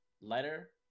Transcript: letter